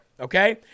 Okay